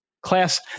class